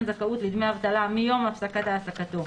זכאות לדמי אבטלה מיום הפסקת העסקתו,